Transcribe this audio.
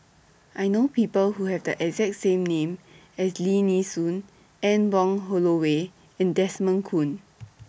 I know People Who Have The exact name as Lim Nee Soon Anne Wong Holloway and Desmond Kon